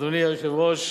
אדוני היושב-ראש,